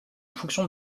fonction